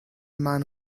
man